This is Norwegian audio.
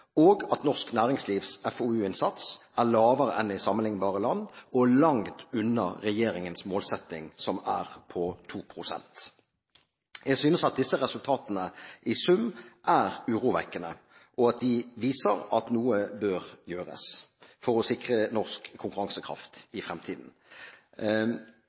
og at norsk næringslivs FoU-innsats er lavere enn i sammenliknbare land og langt unna regjeringens målsetting, som er på 2 pst. Jeg synes at disse resultatene i sum er urovekkende, og at de viser at noe bør gjøres for å sikre norsk konkurransekraft